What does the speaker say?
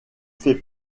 fait